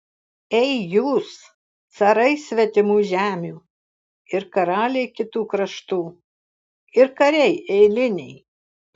ei jūs carai svetimų žemių ir karaliai kitų kraštų ir kariai eiliniai